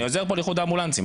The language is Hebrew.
אני עוזר פה לאיחוד האמבולנסים.